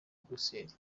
bruxelles